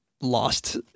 lost